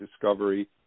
Discovery